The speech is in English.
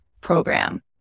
program